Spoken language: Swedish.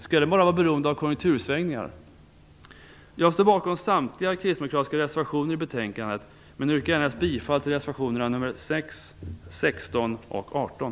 Skall det bara vara beroende av konjunktursvängningar? Jag står bakom samtliga kristdemokratiska reservationer i betänkandet, men yrkar bifall endast till reservationerna 6, 16 och 18.